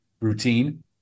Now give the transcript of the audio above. routine